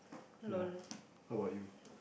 ya how about you